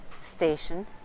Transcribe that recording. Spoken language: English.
station